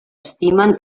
estimen